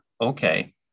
okay